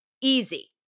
Easy